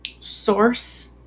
source